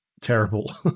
terrible